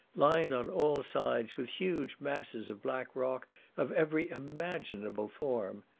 lined on all sides with huge masses of black rock of every imaginable form.